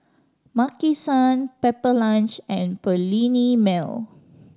Maki San Pepper Lunch and Perllini Mel